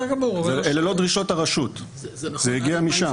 אלה לא דרישות הרשות, זה הגיע משם.